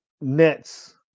Nets